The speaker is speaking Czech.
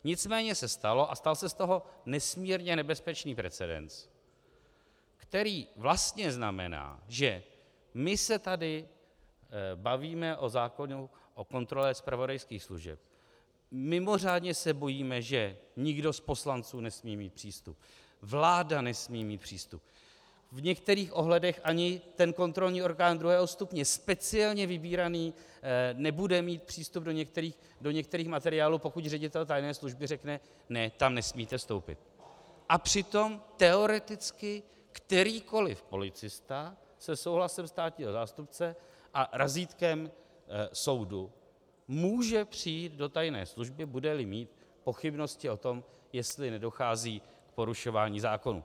Nicméně se stalo a stal se z toho nesmírně nebezpečný precedens, který vlastně znamená, že my se tady bavíme o zákonu o kontrole zpravodajských služeb, mimořádně se bojíme, že nikdo z poslanců nesmí mít přístup, vláda nesmí mít přístup, v některých ohledech ani ten kontrolní orgán druhého stupně speciálně vybíraný nebude mít přístup do některých materiálů, pokud ředitel tajné služby řekne ne, tam nesmíte vstoupit a přitom teoreticky kterýkoli policista se souhlasem státního zástupce a razítkem soudu může přijít do tajné služby, budeli mít pochybnosti o tom, jestli nedochází k porušování zákonů.